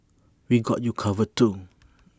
we got you covered too